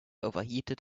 overheated